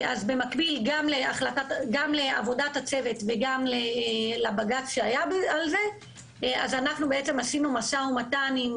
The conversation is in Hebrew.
במקביל לעבודת הצוות וגם לבג"ץ שהיה על זה ניהלנו משא-ומתן ארוך,